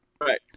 Right